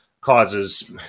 causes